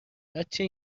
بچه